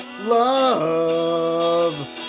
Love